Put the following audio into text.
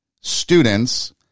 students